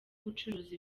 gucuruza